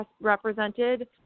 represented